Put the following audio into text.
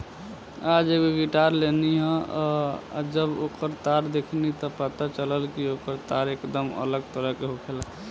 आज एगो गिटार लेनी ह आ जब ओकर तार देखनी त पता चलल कि ओकर तार एकदम अलग तरह के होखेला